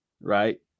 right